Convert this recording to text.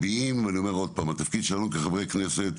התפקיד שלנו, כחברי כנסת,